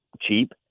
cheap